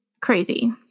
crazy